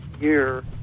year